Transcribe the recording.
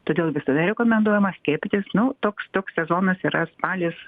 todėl visada rekomenduojama skiepytis nu toks toks sezonas yra spalis